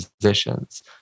positions